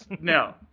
No